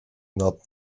not